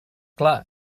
clar